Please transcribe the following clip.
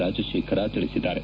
ರಾಜಶೇಖರ ತಿಳಿಸಿದ್ದಾರೆ